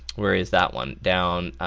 where is that one, down,